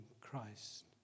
Christ